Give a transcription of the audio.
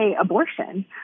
abortion